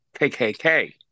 KKK